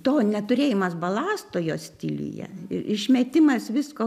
to neturėjimas balasto jo stiliuje ir išmetimas visko